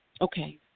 Okay